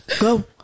go